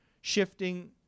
shifting